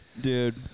Dude